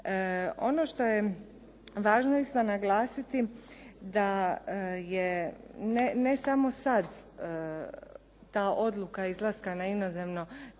Ono što je važno isto naglasiti da je ne samo sad ta odluka izlaska na inozemno